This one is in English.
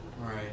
Right